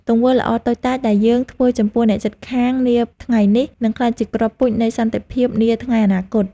ទង្វើល្អតូចតាចដែលយើងធ្វើចំពោះអ្នកជិតខាងនាថ្ងៃនេះនឹងក្លាយជាគ្រាប់ពូជនៃសន្តិភាពនាថ្ងៃអនាគត។